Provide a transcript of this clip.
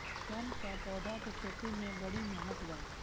सन क पौधा के खेती में बड़ी मेहनत बा